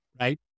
right